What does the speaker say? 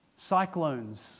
Cyclones